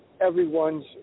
everyone's